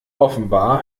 offenbar